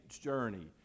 journey